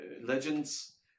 legends